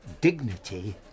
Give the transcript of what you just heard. Dignity